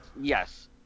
Yes